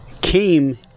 came